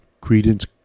Credence